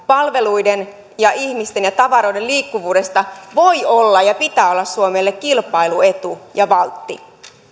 palveluiden ja ihmisten ja tavaroiden liikkuvuus voi olla ja sen pitää olla suomelle kilpailuetu ja valtti